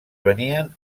venien